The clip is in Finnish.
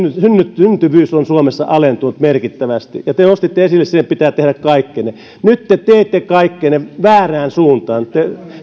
syntyvyys on suomessa alentunut merkittävästi ja te nostitte esille sen että sille pitää tehdä kaikkensa nyt te teette kaikkenne väärään suuntaan te